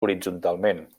horitzontalment